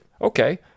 Okay